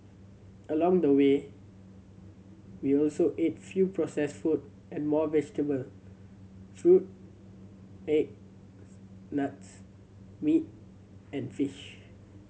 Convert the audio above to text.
along the way we also ate fewer processed food and more vegetable fruit eggs nuts meat and fish